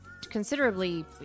considerably